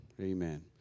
Amen